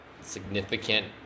significant